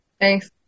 Thanks